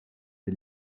des